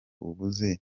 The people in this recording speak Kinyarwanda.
ubuze